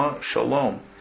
shalom